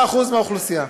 9% מהאוכלוסייה.